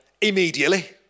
immediately